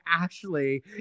ashley